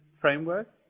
framework